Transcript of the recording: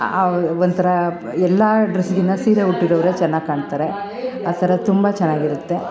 ಒಂಥರಾ ಎಲ್ಲ ಡ್ರೆಸ್ಸ್ಗಿನ್ನ ಸೀರೆ ಉಟ್ಟಿರೋರೇ ಚೆನ್ನಾಗಿ ಕಾಣ್ತಾರೆ ಆ ಥರ ತುಂಬ ಚೆನ್ನಾಗಿರುತ್ತೆ